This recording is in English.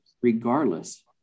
regardless